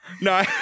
No